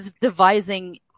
devising